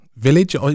village